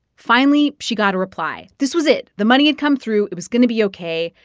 finally, she got a reply. this was it. the money had come through. it was going to be ok.